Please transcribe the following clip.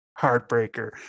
heartbreaker